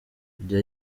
kujya